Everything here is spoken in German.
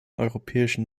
europäischen